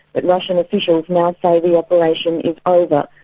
but russian officials now say the operation is over,